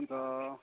हुन्छ